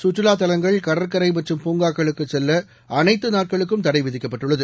சுற்றுலாத் தலங்கள் கடற்கரை மற்றும் பூங்காக்களுக்கு செல்ல அனைத்து நாட்களுக்கும் தடை விதிக்கப்பட்டுள்ளது